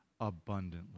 Abundantly